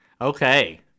Okay